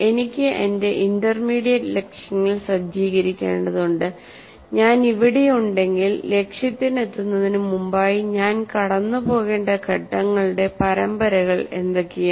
എനിക്ക് എന്റെ ഇന്റർമീഡിയറ്റ് ലക്ഷ്യങ്ങൾ സജ്ജീകരിക്കേണ്ടതുണ്ട് ഞാൻ ഇവിടെയുണ്ടെങ്കിൽ ലക്ഷ്യത്തിലെത്തുന്നതിന് മുമ്പായി ഞാൻ കടന്നുപോകേണ്ട ഘട്ടങ്ങളുടെ പരമ്പരകൾ എന്തൊക്കെയാണ്